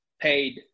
paid